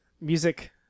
music